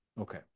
Okay